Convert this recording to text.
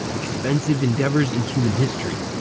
expensive endeavors in human history.